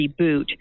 reboot